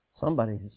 somebody's